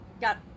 got